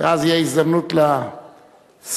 ואז תהיה הזדמנות לשר,